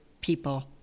people